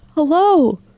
Hello